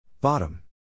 Bottom